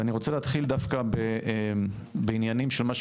אבל לא מעט מהעלייה שמגיעה לפה היום היא עלייה מבחירה.